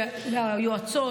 ליועצות,